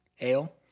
ale